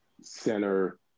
center